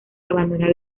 abandona